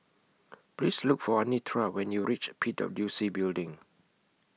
Please Look For Anitra when YOU REACH P W C Building